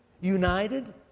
united